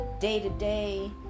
day-to-day